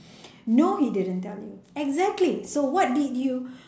no he didn't tell you exactly so what did you